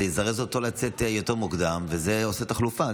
זה יזרז אותו לצאת יותר מוקדם וזה עושה תחלופה,